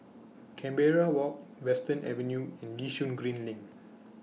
Canberra Walk Western Avenue and Yishun Green LINK